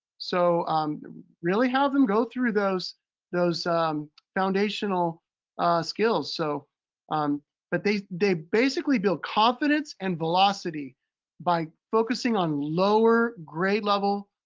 so really have them go through those those foundational skills. so um but they they basically build confidence and velocity by focusing on lower grade level